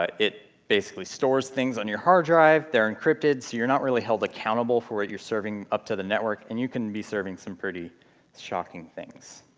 ah it basically stores things on your hard-drive. they're encrypted, so you're not really held accountable for what you're serving up to the network, and you can be serving some pretty shocking things.